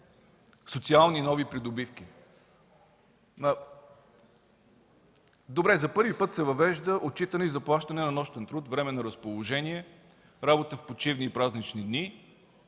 социални придобивки. Добре, за първи път се въвежда отчитане и заплащане на нощен труд, временно разположение, работа в почивни и празнични дни.